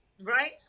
Right